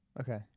Okay